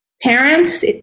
parents